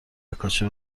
کاشف